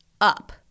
up